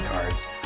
cards